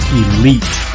elite